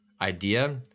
idea